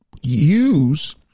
use